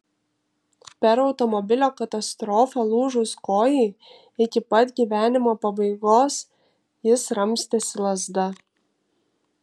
per automobilio katastrofą lūžus kojai iki pat gyvenimo pabaigos jis ramstėsi lazda